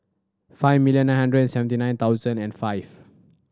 five million nine hundred and fifty nine thousand and five